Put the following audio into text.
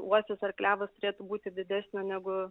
uosis ar klevas turėtų būti didesnio negu